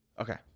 Okay